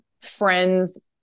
friend's